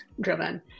driven